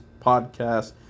podcast